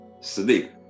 sleep